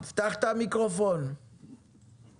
נמצא אתנו גם כמאל חמאדה שמוביל את המיזם "נשק וסע" בחברה